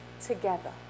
together